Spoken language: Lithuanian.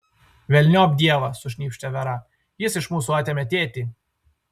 velniop dievą sušnypštė vera jis iš mūsų atėmė tėtį